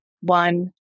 one